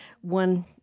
one